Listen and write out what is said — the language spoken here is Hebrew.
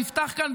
תפתח כאן,